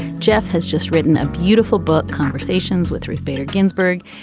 jeff has just written a beautiful book, conversations with ruth bader ginsburg.